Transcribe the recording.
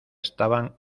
estaban